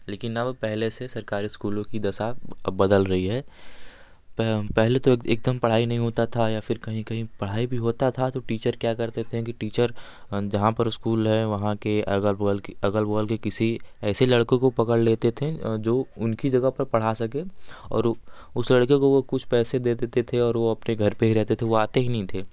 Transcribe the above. लेकिन अब पहले से सरकारी स्कूलों की दशा अब बदल रही है पहले तो एकदम पढ़ाई नहीं होता था या फिर कहीं कहीं पढ़ाई भी होता था तो टीचर क्या करते थे कि टीचर जहाँ पर स्कूल है वहाँ के अगल बगल अगल बगल के किसी ऐसे लड़के को पकड़ लेते थे जो उनकी जगह पर पढ़ा सके और वो उस लड़के वो कुछ पैसे दे देते थे और वो अपने घर पे ही रहते थे वो आते ही नहीं थे